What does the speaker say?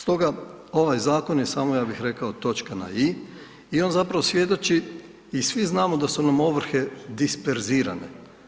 Stoga ovaj zakon je samo, ja bih rekao, točka na i i on zapravo svjedoči i svi znamo da su nam ovrhe disperzirane.